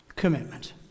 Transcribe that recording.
commitment